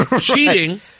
cheating